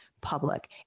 public